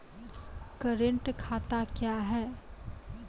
Current खाता क्या हैं?